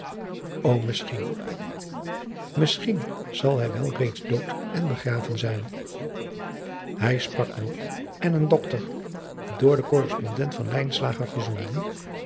o misschien misschien zal hij wel reeds dood en begraven zijn hij sprak nog en een doctor door den korrespondent van lijnslager gezonden